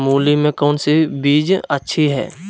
मूली में कौन सी बीज अच्छी है?